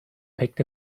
picked